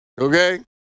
Okay